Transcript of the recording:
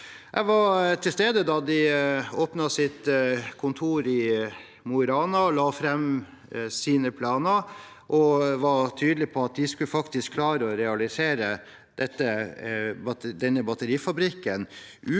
Jeg var til stede da de åpnet sitt kontor i Mo i Rana og la fram sine planer. De var tydelige på at de faktisk skulle klare å realisere denne batterifabrikken